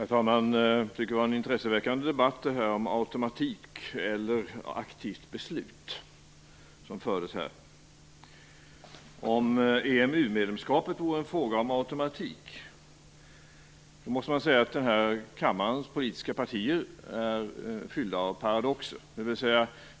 Herr talman! Jag tycker att det var en intresseväckande debatt som fördes om automatik eller aktivt beslut. Om EMU-medlemskapet vore en fråga om automatik måste man säga att den här kammarens politiska partier är fyllda av paradoxer.